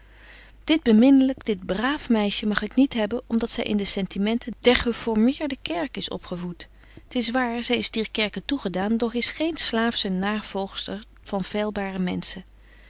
dit beminlyk dit braaf meisje mag ik niet hebben om dat zy in de sentimenten der geformeerde kerk is opgevoet t is waar zy is dier kerke toegedaan doch is geen slaafsche naarvolgster van feilbare menschen